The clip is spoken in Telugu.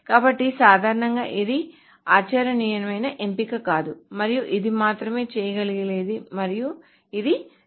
కాబట్టి సాధారణంగా ఇది ఆచరణీయమైన ఎంపిక కాదు మరియు ఇది మాత్రమే చేయగలిగేది మరియు ఇది జరుగుతోంది